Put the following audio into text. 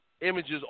images